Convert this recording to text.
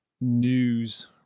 news